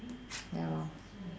ya lor